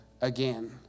again